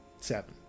Seven